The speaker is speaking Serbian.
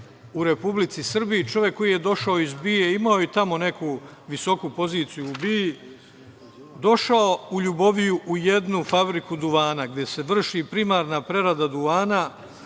u Republici Srbiji, čovek koji je došao iz BIA imao tamo neku visoku poziciju u BIA, došao u Ljuboviju u jednu fabriku duvana, gde se vrši primarna prerada duvana,